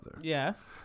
Yes